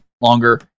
longer